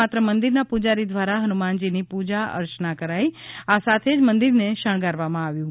માત્ર મંદિરના પુજારી દ્વારા હનુમાનજીની પૂજા અર્ચના કરાઇ છે આ સાથે જ મંદિરને શણગારવામાં આવ્યું છે